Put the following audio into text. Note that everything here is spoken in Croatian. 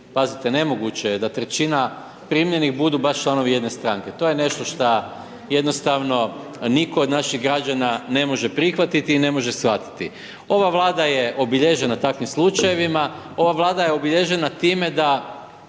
pazite, nemoguće je da trećina primljenih budu baš članovi jedne stranke. To je nešto šta jednostavno nitko od naših građana ne može prihvatiti i ne može shvatiti. Ova Vlada je obilježena takvim slučajevima, ova Vlada je obilježena time da